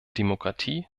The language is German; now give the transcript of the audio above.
demokratie